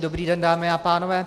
Dobrý den, dámy a pánové.